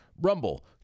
rumble